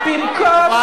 ששוטף את המדינה הזאת.